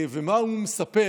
ומה הוא מספר